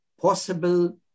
possible